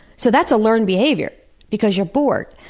so that's a learned behavior because you're bored.